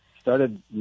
started